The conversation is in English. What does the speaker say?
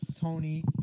Tony